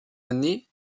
année